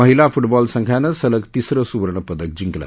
महिला फुटबॉल संघानं सलग तिसरं सुवर्ण पदक जिंकलं